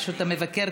המבקר,